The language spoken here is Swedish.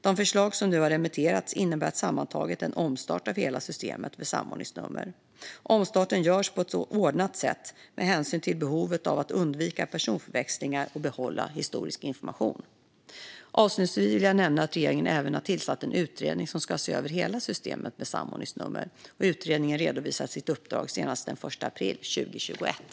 De förslag som nu har remitterats innebär sammantaget en omstart av hela systemet med samordningsnummer. Omstarten görs på ett ordnat sätt med hänsyn till behovet av att undvika personförväxlingar och att behålla historisk information. Avslutningsvis vill jag nämna att regeringen även har tillsatt en utredning som ska se över hela systemet med samordningsnummer. Utredningen redovisar sitt uppdrag senast den 1 april 2021.